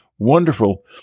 Wonderful